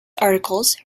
articles